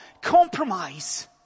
compromise